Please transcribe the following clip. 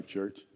Church